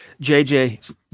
JJ